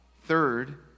third